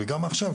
וגם עכשיו,